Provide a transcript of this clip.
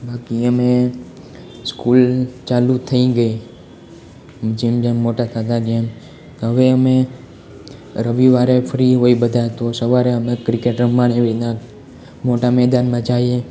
બાકી અમે સ્કૂલ ચાલુ થઈ ગઈ જેમ જેમ મોટા થતા ગયા એમ તો હવે અમે રવિવારે ફ્રી હોઈએ બધા તો સવારે અમે ક્રિકેટ રમવાને એવી રીતના મોટા મેદાનમાં જાઈએ